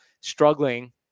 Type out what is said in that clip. struggling